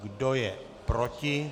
Kdo je proti?